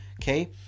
okay